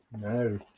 No